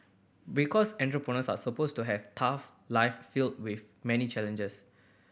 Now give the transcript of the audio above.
because entrepreneurs are supposed to have tough life filled with many challenges